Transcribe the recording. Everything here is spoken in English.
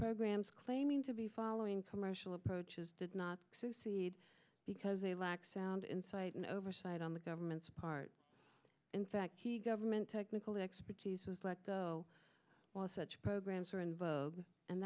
programs claiming to be following commercial approaches did not succeed because they lack sound insight and oversight on the government's part in fact he government technical expertise was let go while such programs were in vogue and